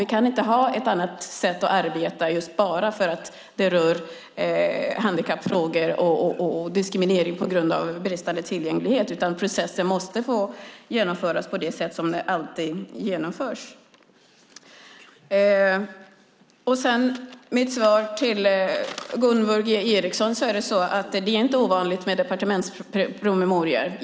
Vi kan inte ha ett annat sätt att arbeta bara för att det rör handikappfrågor och diskriminering på grund av bristande tillgänglighet. Processen måste genomföras på samma sätt som alltid. Till Gunvor G Ericson vill jag säga att det inte är ovanligt med departementspromemorior.